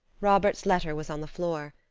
robert's letter was on the floor.